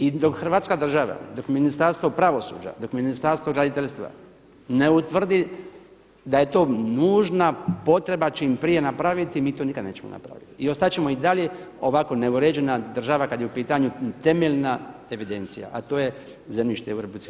I dok hrvatska država, dok Ministarstvo pravosuđa, dok Ministarstvo graditeljstva ne utvrdi da je to nužna potreba čim prije napraviti, mi to nikada nećemo napraviti i ostat ćemo i dalje ovako neuređena država kad je u pitanju temeljna evidencija, a to je zemljište u Republici Hrvatskoj.